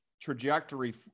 trajectory